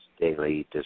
daily